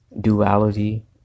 Duality